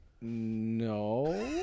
no